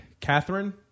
Catherine